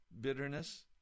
bitterness